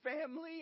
family